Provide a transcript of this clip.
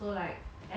oh really